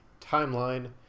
timeline